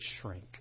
shrink